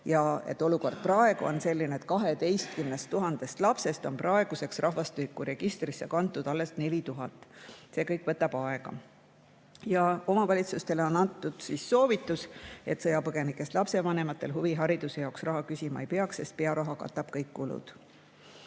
Olukord on selline, et 12 000 lapsest on praeguseks rahvastikuregistrisse kantud alles 4000. See kõik võtab aega. Omavalitsustele on antud soovitus, et sõjapõgenikest lapsevanematelt huvihariduse jaoks raha küsima ei peaks, sest pearaha katab kõik kulud.